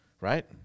right